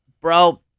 Bro